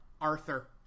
Arthur